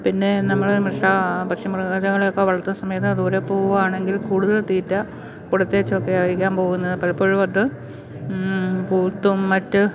പിന്നെ നമ്മള് മിർഷാ പക്ഷ്യമൃഗാദികളെയൊക്കെ വളർത്തുന്ന സമയത്ത് ദൂരെ പോവുവാണെങ്കിൽ കൂടുതൽ തീറ്റ കൊടുത്തേച്ചൊക്കെ ആയിരിക്കാം പോവുന്നത് പലപ്പോഴും അത് പൂത്തും മറ്റ്